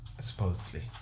Supposedly